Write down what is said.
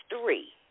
three